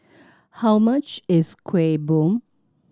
how much is Kueh Bom